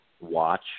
watch